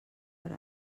per